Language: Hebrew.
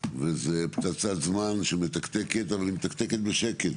וזו פצצת זמן שמתקתקת אבל היא מתקתקת בשקט,